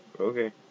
Okay